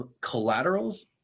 collaterals